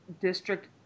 district